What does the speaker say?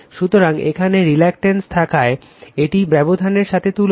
সুতরাং এখানে রিলাকটেন্স থাকায় এটি ব্যবধানের সাথে তুলনীয়